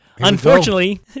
Unfortunately